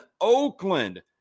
Oakland